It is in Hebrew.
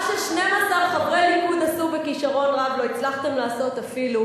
זה לא ששכחנו, אף פעם לא הייתם באופוזיציה.